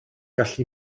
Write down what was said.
gallu